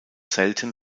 selten